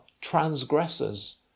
transgressors